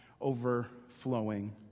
overflowing